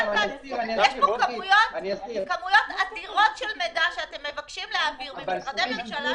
יש פה כמויות אדירות של מידע שאתם מבקשים להעביר ממשרדי ממשלה שונים.